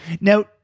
Now